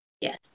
Yes